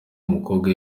umukobwa